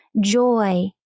joy